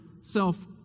self